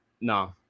No